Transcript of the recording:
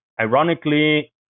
ironically